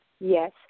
Yes